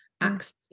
access